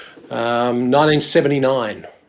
1979